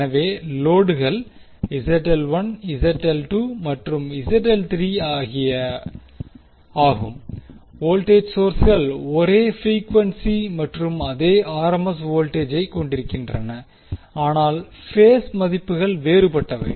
எனவே லோடுகள் மற்றும் ஆகும் வோல்டேஜ் சோர்ஸ்கள் ஒரே பிரீக்வென்சி மற்றும் அதே ஆர்எம்எஸ் வோல்டேஜை கொண்டிருக்கின்றன ஆனால் பேஸ் மதிப்புகள் வேறுபட்டவை